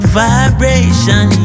vibration